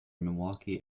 milwaukee